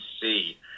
see